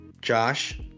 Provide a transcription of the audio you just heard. Josh